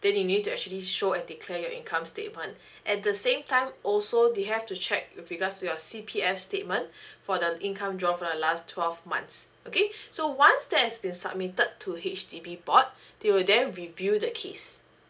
then you need to actually show and declare your income statement at the same time also they have to check with regards to your C_P_F statement for the income drawn for the last twelve months okay so once that has been submitted to H_D_B board they'll then review the case